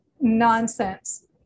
nonsense